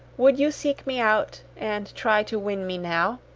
would you seek me out and try to win me now?